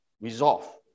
resolve